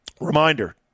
reminder